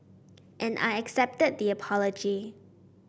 and I accepted the apology